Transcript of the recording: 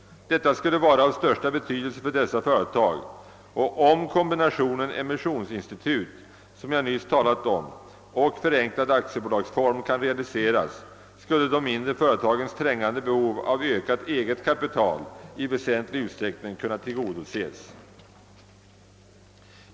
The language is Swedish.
Detta skulle vara av största betydelse för dessa företag, och om kombinationen emissionsinstitut och förenklad aktiebolagsform kan realiseras, skulle de mindre företagens trängande behov av ökat eget ka pital i väsentlig utsträckning kunna tillgodoses.